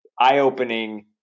eye-opening